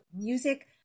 music